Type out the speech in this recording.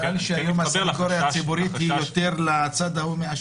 נראה לי שהסנגוריה הציבורית היא יותר לצד ההוא.